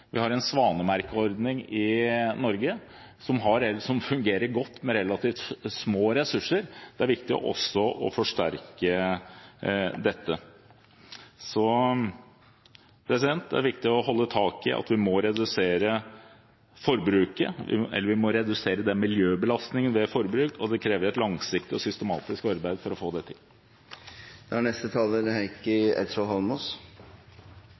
Vi har en svanemerkeordning i Norge, som fungerer godt med relativt små ressurser. Det er viktig også å forsterke dette. Det er viktig å holde tak i at vi må redusere miljøbelastningen ved vårt forbruk, og det krever et langsiktig og systematisk arbeid for å få det til. Vi må slutte å bruke opp kloden vår, for det er